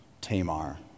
Tamar